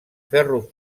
ferro